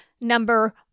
number